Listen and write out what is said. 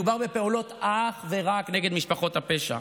מדובר בפעולות אך ורק נגד משפחות הפשע,